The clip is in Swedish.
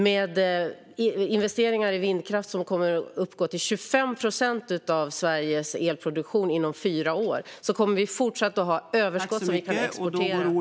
Med investeringar i vindkraft som kommer att uppgå till 25 procent av Sveriges elproduktion inom fyra år kommer vi även i fortsättningen att ha ett överskott som kan exporteras.